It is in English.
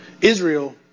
Israel